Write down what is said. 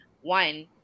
one